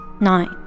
nine